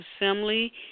assembly